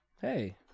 Hey